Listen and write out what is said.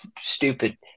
stupid